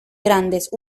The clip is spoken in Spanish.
grandes